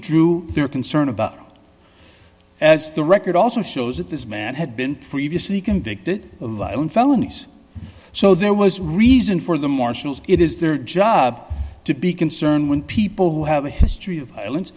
drew their concern about the record also shows that this man had been previously convicted of violent felonies so there was reason for the marshals it is their job to be concerned when people who have a history of violence